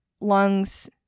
lungs